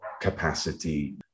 capacity